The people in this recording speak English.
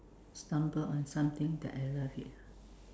stumble on something that I love it ah